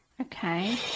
Okay